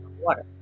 water